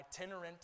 itinerant